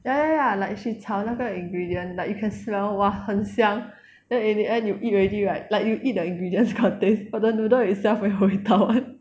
ya ya ya like she 炒那个 ingredient like you can smell !wah! 很香 then in the end you eat already right like you eat the ingredients got taste but the noodle itself 没有味道 [one]